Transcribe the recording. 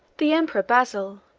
the emperor basil,